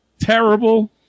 terrible